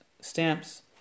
stamps